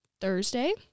Thursday